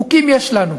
חוקים יש לנו.